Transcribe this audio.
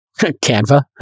canva